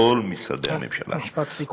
כל משרדי הממשלה, משפט סיכום.